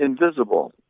invisible